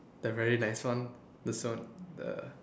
the very nice one the Sony uh